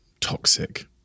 toxic